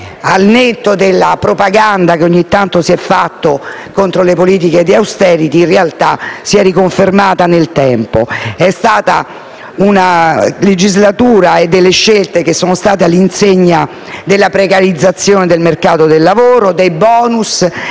Al netto della propaganda che ogni tanto si è fatta contro le politiche di *austerity*, in realtà si è riconfermata nel tempo. In questa legislatura sono state fatte scelte all'insegna della precarizzazione del mercato del lavoro, dei *bonus*